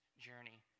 journey